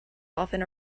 often